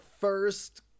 first